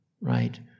right